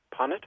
Punnett